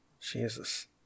Jesus